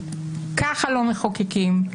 ככה לא מחוקקים.